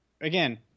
Again